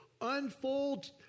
unfold